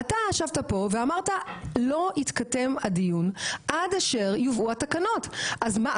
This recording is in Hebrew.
אתה ישבת פה ואמרת לא יתקדם הדיון עד אשר לא יובאו התקנות; מה,